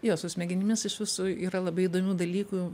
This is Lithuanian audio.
jo su smegenimis iš viso yra labai įdomių dalykų